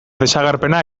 desagerpena